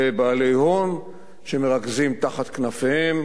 בבעלי הון שמרכזים תחת כנפיהם,